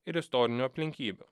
ir istorinių aplinkybių